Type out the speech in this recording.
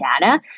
data